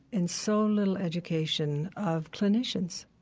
and so little education of clinicians,